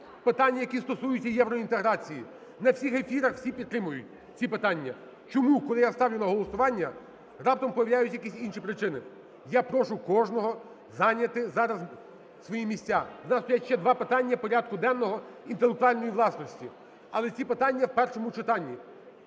питання, які стосуються євроінтеграції. На всіх ефірах всі підтримують ці питання. Чому, коли я ставлю на голосування, раптом появляються якісь інші причини? Я прошу кожного зайняти зараз свої місця. В нас є ще два питання порядку денного – інтелектуальної власності, але ці питання в першому читанні,